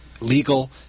Legal